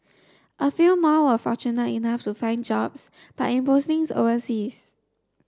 a few more were fortunate enough to find jobs but in postings overseas